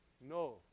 No